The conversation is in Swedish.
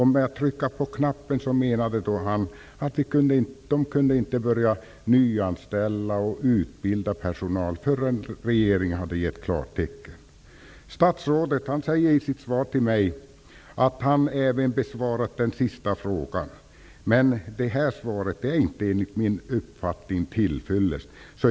Med det menade han att de inte kunde börja nyanställa och utbilda personal förrän regeringen hade gett klartecken. Statsrådet säger i sitt svar till mig att han även har besvarat den sista frågan, men det svaret är inte till fyllest.